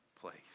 place